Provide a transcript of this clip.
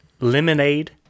lemonade